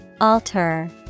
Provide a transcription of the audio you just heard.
alter